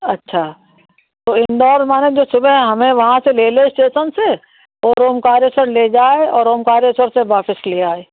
अच्छा तो इंदौर सुबह हमें वहाँ से ले ले इस्टेसन से और ओमकारेश्वर ले जाए और ओमकारेश्वर से वापस ले आए